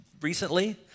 recently